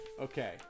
Okay